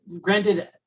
granted